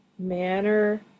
manner